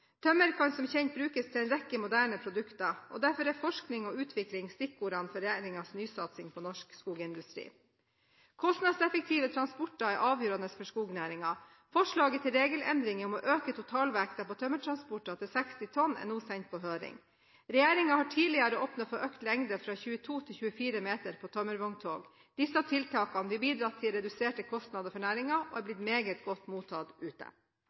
Tømmer kan som kjent brukes til en rekke moderne produkter, og derfor er forskning og utvikling stikkordene for regjeringens nysatsing på norsk skogindustri. Kostnadseffektive transporter er avgjørende for skognæringen. Forslaget til regelendringer for å øke totalvekten på tømmertransporter til 60 tonn er nå sendt på høring. Regjeringen har tidligere åpnet for økt lengde, fra 22 meter til 24 meter, på tømmervogntog. Disse tiltakene vil bidra til reduserte kostnader for næringen og har blitt meget godt mottatt ute.